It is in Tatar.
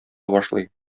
башлый